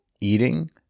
eating